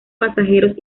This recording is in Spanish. pasajeros